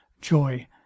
joy